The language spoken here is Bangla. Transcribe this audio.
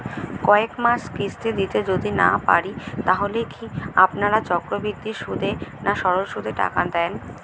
কয়েক মাস কিস্তি দিতে যদি না পারি তাহলে কি আপনারা চক্রবৃদ্ধি সুদে না সরল সুদে টাকা দেন?